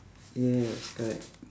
yes correct